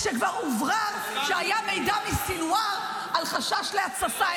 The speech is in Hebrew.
לא נעים שפישלתי כשכבר הוברר שהיה מידע מסנוואר על חשש להתססה.